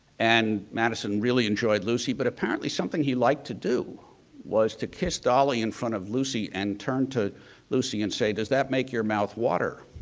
and madison really enjoyed lucy but apparently something he liked to do was to kiss dolley in front of lucy and turn to lucy and say, does that make your mouth water?